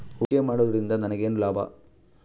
ಹೂಡಿಕೆ ಮಾಡುವುದರಿಂದ ನನಗೇನು ಲಾಭ?